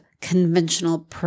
conventional